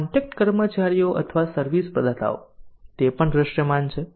contact કર્મચારીઓ અથવા service પ્રદાતાઓ તે પણ દૃશ્યમાન છે